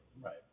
Right